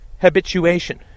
habituation